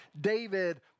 David